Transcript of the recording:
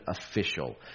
official